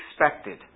expected